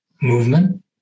movement